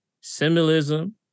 symbolism